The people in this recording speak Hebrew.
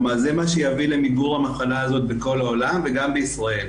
כלומר זה מה שיביא למיגור המחלה הזאת בכל העולם וגם בישראל.